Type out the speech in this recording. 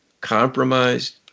compromised